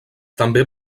també